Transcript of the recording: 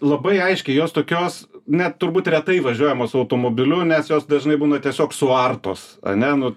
labai aiškiai jos tokios net turbūt retai važiuojamos su automobiliu nes jos dažnai būna tiesiog suartos ane nu